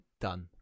Done